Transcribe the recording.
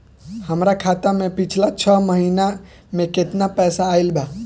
हमरा खाता मे पिछला छह महीना मे केतना पैसा आईल बा?